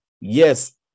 Yes